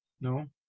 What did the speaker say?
no